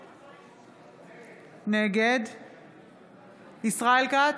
נגד ישראל כץ,